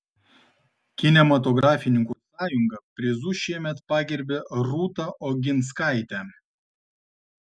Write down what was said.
kinematografininkų sąjunga prizu šiemet pagerbė rūta oginskaitę